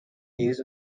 news